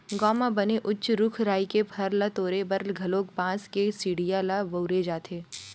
गाँव म बने उच्च रूख राई के फर ल तोरे बर घलोक बांस के सिड़िया ल बउरे जाथे